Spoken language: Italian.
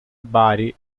bari